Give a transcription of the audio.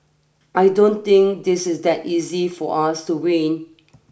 I don't think this is that easy for us to win